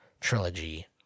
trilogy